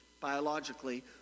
biologically